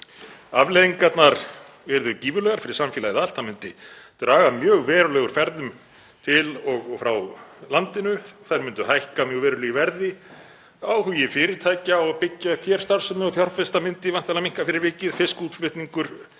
Afleiðingarnar yrðu gífurlegar fyrir samfélagið allt. Það myndi draga mjög verulega úr ferðum til og frá landinu, þær myndu hækka mjög verulega í verði, áhugi fyrirtækja á að byggja hér upp starfsemi og fjárfesta myndi væntanlega minnka fyrir vikið, fiskútflutningur